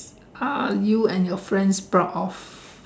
are you and your friend proud of